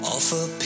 Offer